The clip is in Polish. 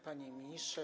Panie Ministrze!